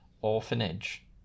orphanage